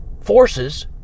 forces